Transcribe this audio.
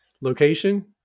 location